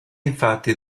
infatti